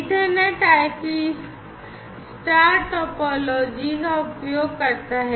Ethernet IP star topology का उपयोग करता है